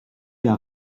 qu’à